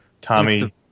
tommy